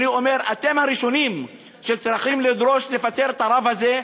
אתם הראשונים שצריכים לדרוש לפטר את הרב הזה,